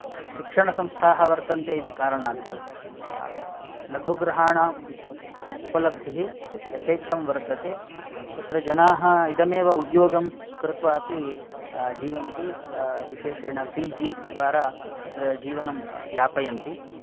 शिक्षणसंस्थाः वर्तन्ते इति कारणात् लघुगृहाणाम् उपलब्धिः यथेच्छं वर्तते तत्र जनाः इदमेव उद्योगं कृत्वा अपि जीवन्ति विशेषेण पि जि द्वारा अत्र जीवनं यापयन्ति